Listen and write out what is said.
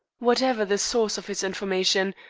whatever the source of his information,